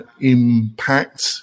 impact